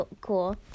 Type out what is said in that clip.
cool